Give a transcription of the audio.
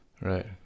Right